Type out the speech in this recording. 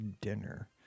dinner